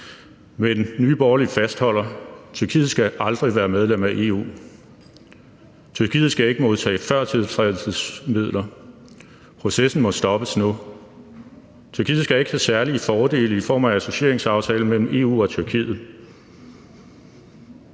jeg. Men Nye Borgerlige fastholder: Tyrkiet skal aldrig være medlem af EU; Tyrkiet skal ikke modtage førtiltrædelsesmidler; processen må stoppes nu; Tyrkiet skal ikke have særlige fordele i form af en associeringsaftale mellem EU og Tyrkiet.